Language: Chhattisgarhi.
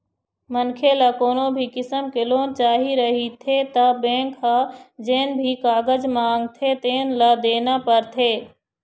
मनखे ल कोनो भी किसम के लोन चाही रहिथे त बेंक ह जेन भी कागज मांगथे तेन ल देना परथे